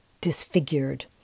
disfigured